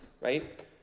right